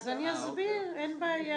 אז אני אסביר, אין בעיה.